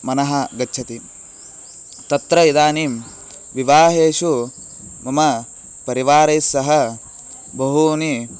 मनः गच्छति तत्र इदानीं विवाहेषु मम परिवारैस्सह बहूनि